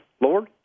Lord